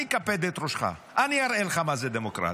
אני אקפד את ראשך, אני אראה לך מה זו דמוקרטיה,